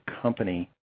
company